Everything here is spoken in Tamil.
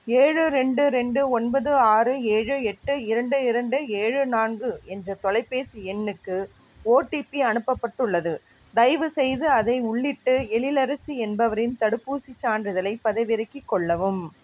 ஏழு ரெண்டு ரெண்டு ஒன்பது ஆறு ஏழு எட்டு இரண்டு இரண்டு ஏழு நான்கு என்ற தொலைபேசி எண்ணுக்கு ஓடிபி அனுப்பப்பட்டுள்ளது தயவுசெய்து அதை உள்ளிட்டு எழிலரசி என்பவரின் தடுப்பூசிச் சான்றிதழைப் பதிவிறக்கிக் கொள்ளவும்